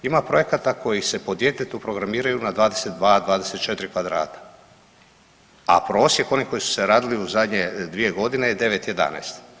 Ima projekata koji se po djetetu programiraju na 22-24 kvadrata, a prosjek onih koji su se radili u zadnje 2.g. je 9-11.